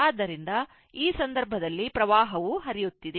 ಆದ್ದರಿಂದ ಆ ಸಂದರ್ಭದಲ್ಲಿ ವಿದ್ಯುತ್ ಹರಿಯುತ್ತಿದೆ